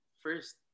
first